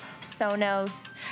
Sonos